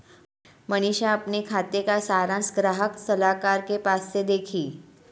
मनीषा अपने खाते का सारांश ग्राहक सलाहकार के पास से देखी